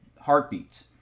heartbeats